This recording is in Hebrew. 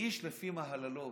"ואיש לפי מהללו",